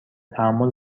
تحمل